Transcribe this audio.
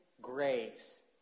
grace